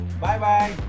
Bye-bye